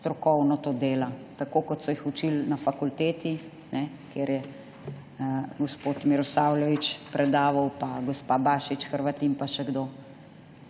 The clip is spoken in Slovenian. strokovno to dela, kot so jih učili na fakulteti, kjer je gospod Milosavljević predaval pa gospa Bašić Hrvatin, pa še kdo,